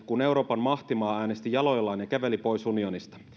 kun euroopan mahtimaa äänesti jaloillaan ja käveli pois unionista